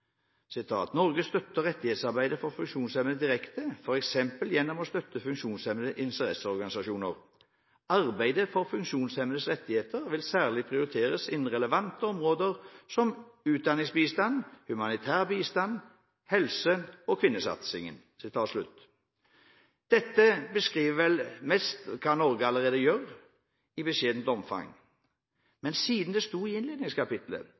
støtter rettighetsarbeid for funksjonshemmede direkte, for eksempel gjennom å støtte funksjonshemmedes interesseorganisasjoner. Arbeid for funksjonshemmedes rettigheter vil særlig prioriteres innen relevante områder som utdanningsbistand, humanitær bistand, helse og i kvinnesatsingen.» Dette beskriver vel mest hva Norge allerede gjør – i beskjedent omfang – men siden det sto i innledningskapitlet,